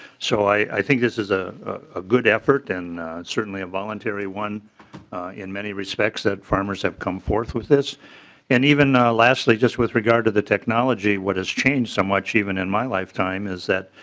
so i think this is ah a good effort and certainly a voluntary one in many respects that farmers have come forth with this and even leslie just with regard to the technology what has changed so much even in my lifetime is